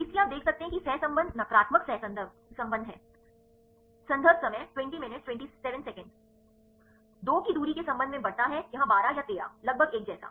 इसलिए आप देख सकते हैं कि सहसंबंध नकारात्मक सहसंबंध है संदर्भ समय 2027 2 की दूरी के संबंध में बढ़ता है यहां 12 या 13 लगभग एक जैसा